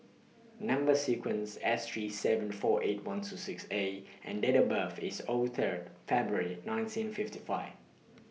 Number sequence S three seven four eight one two six A and Date of birth IS O Third February nineteen fifty five